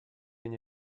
une